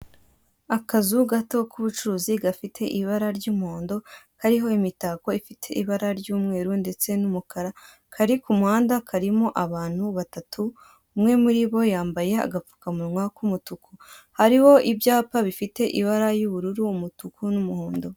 Akazu gato k'ubucuruzi gafite ibara ry'umuhondo, kariho imitako ifite ibara ry'umweru ndetse n'umukara, kari ku muhanda, karimo abantu batatu, umwe muri bo yambaye agapfukamunwa k'umutuku. Hariho ibyapa bifite ibara y'ubururu, umutuku, n'umuhondo.